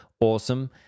Awesome